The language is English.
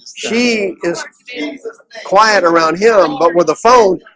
she is quiet around here him but with the phone